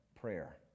prayer